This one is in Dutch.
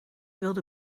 wilde